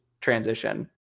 transition